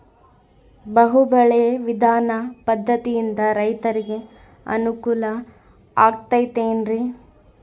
ಬಹು ಬೆಳೆ ವಿಧಾನ ಪದ್ಧತಿಯಿಂದ ರೈತರಿಗೆ ಅನುಕೂಲ ಆಗತೈತೇನ್ರಿ?